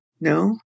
No